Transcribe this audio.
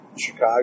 Chicago